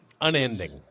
unending